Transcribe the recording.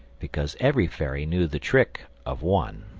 because every fairy knew the trick of one.